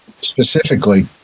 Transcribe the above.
specifically